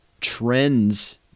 trends